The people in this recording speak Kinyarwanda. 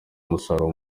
umusaruro